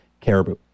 Caribou